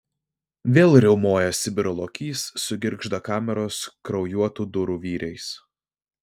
vėl riaumoja sibiro lokys sugirgžda kameros kraujuotų durų vyriais